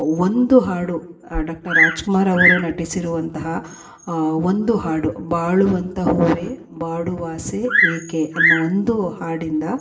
ಒಂದು ಹಾಡು ಡಾಕ್ಟರ್ ರಾಜ್ಕುಮಾರ್ ಅವರು ನಟಿಸಿರುವಂತಹ ಒಂದು ಹಾಡು ಬಾಳುವಂಥ ಹೂವೇ ಬಾಡುವಾಸೆ ಏಕೆ ಅನ್ನೋ ಒಂದು ಹಾಡಿಂದ